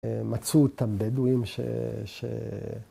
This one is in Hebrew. ‫מצאו אותם בדואים ש, ש...